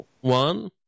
one